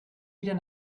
wieder